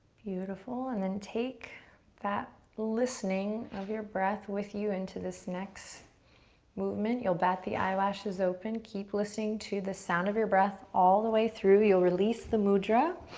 beautiful, and then take that listening of your breath with you into this next movement you'll bat the eyelashes open, keep listening to the sound of your breath all the way through, you release the mudra,